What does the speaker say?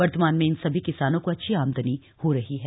वर्तमान में इन सभी किसानों को अच्छी आमदनी हो रही है